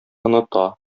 оныта